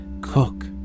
cook